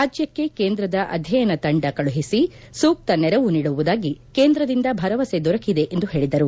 ರಾಜ್ಯಕ್ಕೆ ಕೇಂದ್ರದ ಅಧ್ಯಯನ ತಂಡ ಕಳುಹಿಸಿ ಸೂಕ್ತ ನೆರವು ನೀಡುವುದಾಗಿ ಕೇಂದ್ರದಿಂದ ಭರವಸೆ ದೊರಕಿದೆ ಎಂದು ಹೇಳಿದರು